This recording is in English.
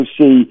see